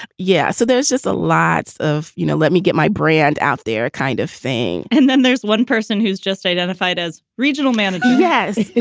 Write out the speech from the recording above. yeah. so there's just a lot of, you know, let me get my brand out there kind of thing and then there's one person who's just identified as regional manager yes.